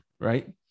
right